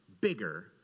bigger